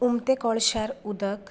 उमत्या कळशार उदक